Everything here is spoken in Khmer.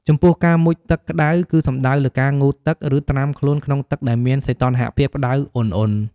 ចំពោះការមុជទឹកក្តៅ គឺសំដៅលើការងូតទឹក ឬត្រាំខ្លួនក្នុងទឹកដែលមានសីតុណ្ហភាពក្តៅឧណ្ហៗ។